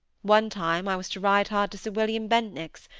one time i was to ride hard to sir william bentinck's,